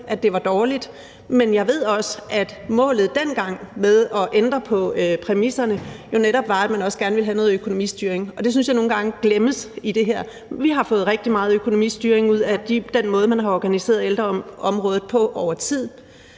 det var dårligt. Men jeg ved også, at målet dengang med at ændre på præmisserne jo netop var, at man også gerne ville have noget økonomistyring. Det synes jeg nogle gange glemmes i det her. Vi har fået rigtig meget økonomistyring ud af den måde, man har organiseret ældreområdet på over tid,